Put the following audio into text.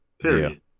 Period